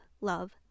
love